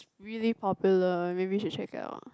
really popular maybe you should check it out